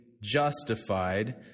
justified